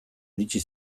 iritsi